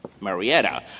Marietta